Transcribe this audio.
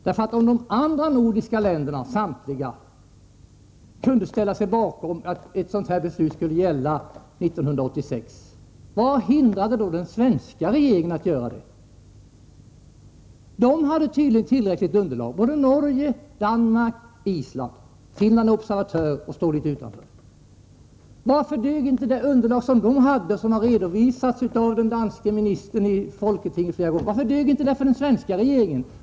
Om alla de andra nordiska länderna kunde ställa Om hanteringen av sig bakom att ett sådant beslut skulle gälla 1986, vad hindrade då den svenska kärnbränsle regeringen från att göra det? Både Norge, Danmark och Island hade tydligen ett tillräckligt underlag — Finland är observatör och står litet utanför. Varför dög inte för den svenska regeringen det underlag som fanns och som redovisats av den danske ministern i folketinget flera gånger?